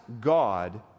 God